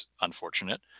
unfortunate